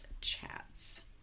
Chats